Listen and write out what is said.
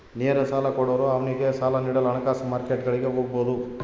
ನೇರ ಸಾಲ ಕೊಡೋರು ಅವ್ನಿಗೆ ಸಾಲ ನೀಡಲು ಹಣಕಾಸು ಮಾರ್ಕೆಟ್ಗುಳಿಗೆ ಹೋಗಬೊದು